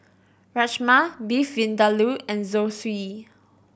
Rajma Beef Vindaloo and Zosui